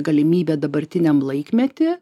galimybę dabartiniam laikmety